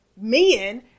men